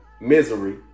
misery